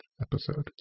episode